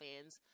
fans